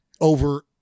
over